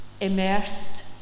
immersed